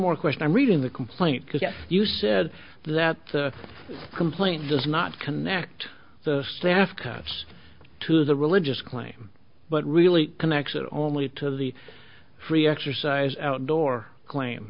more question i read in the complaint because you said that the complaint does not connect the staff cuts to the religious claim but really connects it only to the free exercise outdoor claim